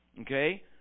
okay